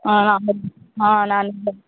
ஆ நான் ஆ நான்